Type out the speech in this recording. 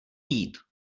jít